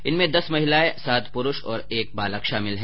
इनमें दस महिलाएं सात पुरुष और एक बालक शामिल है